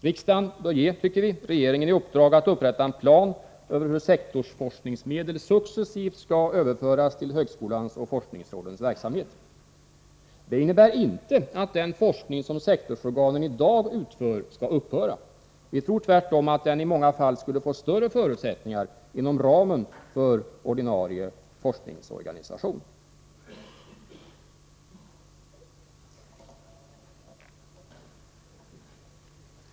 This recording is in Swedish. Riksdagen bör ge regeringen i uppdrag att upprätta en plan över hur sektorsforskningsmedel successivt skall överföras till högskolans och forskningsrådens verksamhet. Det innebär inte att den forskning som sektorsorganen i dag utför skall upphöra. Vi tror tvärtom att den skulle få större förutsättningar inom ramen för ordinarie forskningsorganisation.